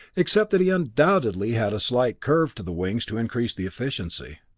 except that he undoubtedly had a slight curve to the wings to increase the efficiency.